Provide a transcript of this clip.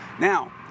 Now